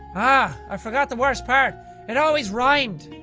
ah i forgot the worst part it always rhymed.